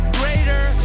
greater